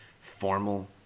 formal